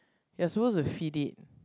you're suppose to feed it